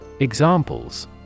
Examples